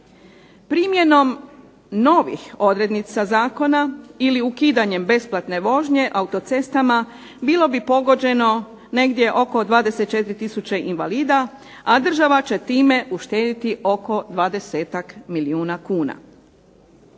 Primjenom novih odrednica zakona ili ukidanjem besplatne vožnje autocestama bilo bi pogođeno negdje oko 24000 invalida, a država će time uštediti oko 20-tak milijuna kuna.